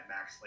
Max